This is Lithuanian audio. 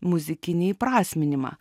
muzikinį įprasminimą